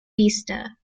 vista